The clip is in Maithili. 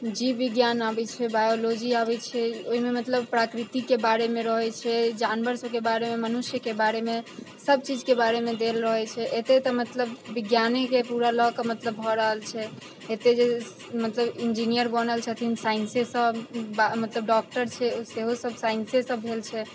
जीव विज्ञान आबै छै बायोलोजी आबै छै ओहिमे मतलब प्राकृतिके बारेमे रहै छै जानवरसबके बारेमे मनुष्यके बारेमे सब चीजके बारेमे देल रहै छै एतेक तऽ मतलब विज्ञानेके पूरा लऽ कऽ मतलब भऽ रहल छै एतेक जे मतलब इन्जीनियर बनल छथिन साइन्सेसँ मतलब डॉक्टर छै सेहोसब साइन्सेसँ भेल छै